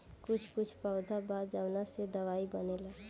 कुछ कुछ पौधा बा जावना से दवाई बनेला